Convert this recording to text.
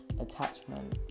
attachment